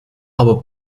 aber